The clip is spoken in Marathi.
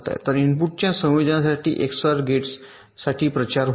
तर इनपुटच्या कोणत्याही संयोजनासाठी एक्सओआर गेटसाठी प्रचार होईल